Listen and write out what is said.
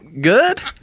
good